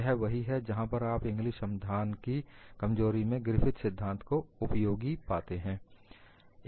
यह वही है जहां पर आप इंग्लिस समाधान की कमजोरी में ग्रिफिथ सिद्धांत को उपयोगी पाते हैं